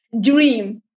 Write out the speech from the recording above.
dream